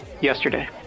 yesterday